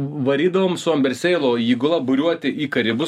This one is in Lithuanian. varydavom su amberseilo įgula buriuoti į karibus